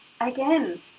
again